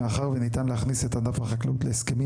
מאחר וניתן להכניס את ענף החקלאות להסכמים